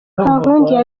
kankundiye